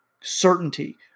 certainty